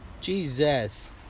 Jesus